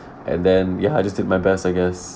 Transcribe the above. and then ya I just did my best I guess